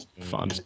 Fun